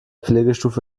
pflegestufe